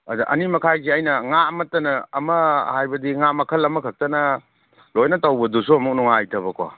ꯑꯗ ꯑꯅꯤꯃꯈꯥꯏꯁꯦ ꯑꯩꯅ ꯉꯥ ꯑꯃꯠꯇꯅ ꯑꯃ ꯍꯥꯏꯕꯗꯤ ꯉꯥ ꯃꯈꯜ ꯑꯃꯈꯛꯇꯅ ꯂꯣꯏꯅ ꯇꯧꯕꯗꯨꯁꯨ ꯑꯃꯨꯛ ꯅꯨꯡꯉꯥꯏꯇꯦꯕꯀꯣ